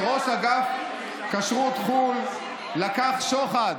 כשהסתבר שראש אגף כשרות חו"ל לקח שוחד,